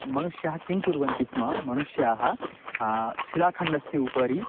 मनुष्यः किं कुर्वन्ति स्म मनुष्याः शिलाखण्डस्य उपरि